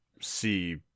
see